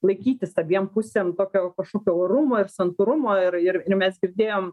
laikytis abiem pusėm tokio kažkokio orumo ir santūrumo ir ir ir mes girdėjom